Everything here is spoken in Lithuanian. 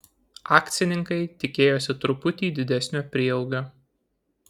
akcininkai tikėjosi truputį didesnio prieaugio